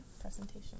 presentation